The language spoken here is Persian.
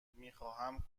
میخواهم